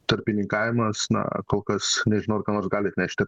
tarpininkavimas na kol kas nežinau ar ką nors gali atnešti